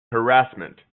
harassment